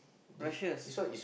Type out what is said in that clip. precious